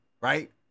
Right